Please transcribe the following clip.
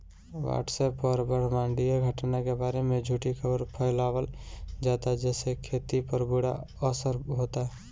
WhatsApp पर ब्रह्माण्डीय घटना के बारे में झूठी खबर फैलावल जाता जेसे खेती पर बुरा असर होता